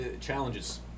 challenges